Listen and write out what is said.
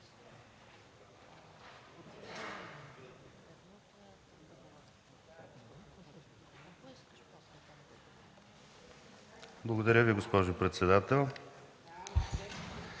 Благодаря Ви, господин председател.